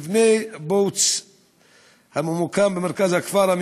מבנה בוץ במרכז הכפר,